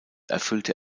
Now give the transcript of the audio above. erfüllte